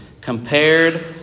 compared